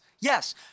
Yes